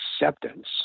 acceptance